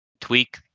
tweak